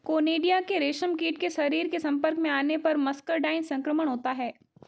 conidia के रेशमकीट के शरीर के संपर्क में आने पर मस्करडाइन संक्रमण होता है